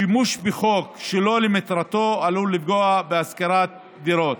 שימוש בחוק שלא למטרתו עלול לפגוע בהשכרת דירות.